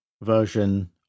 version